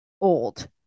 old